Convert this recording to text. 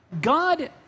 God